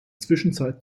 zwischenzeit